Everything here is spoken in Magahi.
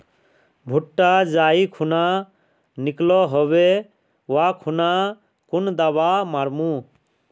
भुट्टा जाई खुना निकलो होबे वा खुना कुन दावा मार्मु?